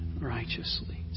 righteously